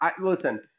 listen